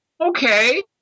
okay